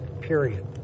period